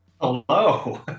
Hello